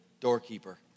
doorkeeper